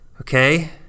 Okay